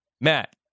Matt